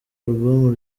album